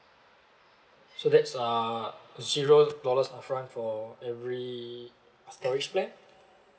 so that's uh zero dollar upfront for every uh storage plan